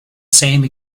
same